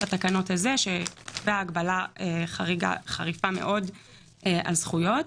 התקנות הזה שבהן ההגבלה חריפה מאוד על זכויות.